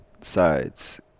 sides